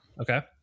okay